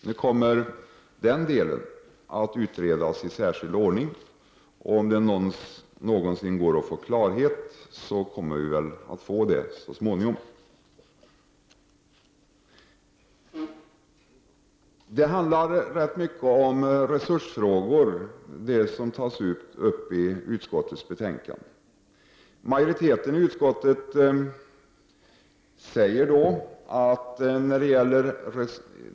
Nu kommer den här frågan att utredas i särskild ordning. Om det någonsin går att få klarhet kommer vi väl så småningom att få det. Det som tas upp i utskottets betänkande handlar rätt mycket om resurser.